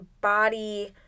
body